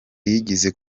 yigeze